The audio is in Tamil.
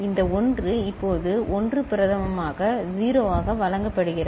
இந்த 1 இப்போது 1 பிரதமமாக 0 ஆக வழங்கப்படுகிறது